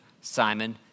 Simon